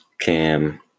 Cam